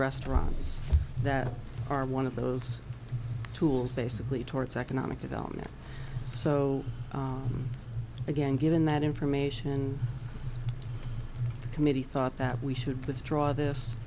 restaurants that are one of those tools basically towards economic development so again given that information the committee thought that we should put the draw this